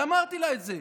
ואמרתי לה את זה.